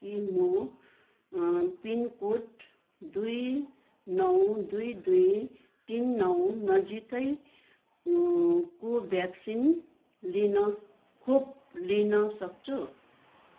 के म अँ पिनकोड दुई नौ दुई दुई तिन नौ नजिकै अँ कोभ्याक्सिन लिन खोप लिन सक्छु